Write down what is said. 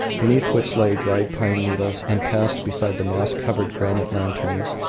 beneath which lay dried pine needles, and passed beside the moss-covered granite lanterns,